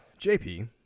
JP